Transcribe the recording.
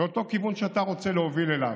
לאותו כיוון שאתה רוצה להוביל אליו.